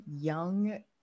young